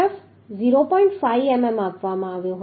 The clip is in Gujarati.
5 મીમી આપવામાં આવ્યો હતો